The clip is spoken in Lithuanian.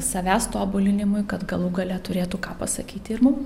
savęs tobulinimui kad galų gale turėtų ką pasakyti ir mum